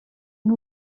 and